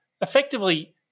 effectively